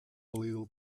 little